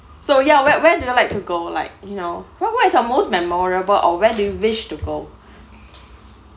so ya where where do you like to go like you know what what is your most memorable or where do you wish to go